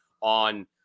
on